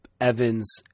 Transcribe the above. Evans